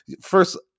first